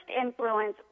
influence